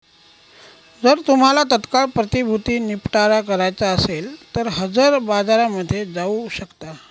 जर तुम्हाला तात्काळ प्रतिभूती निपटारा करायचा असेल तर हजर बाजारामध्ये जाऊ शकता